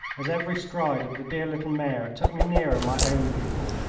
as every stride of the dear little mare took me nearer my own people.